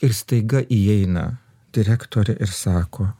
ir staiga įeina direktorė ir sako